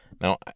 Now